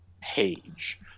page